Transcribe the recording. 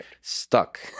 stuck